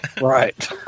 Right